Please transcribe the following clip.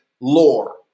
lore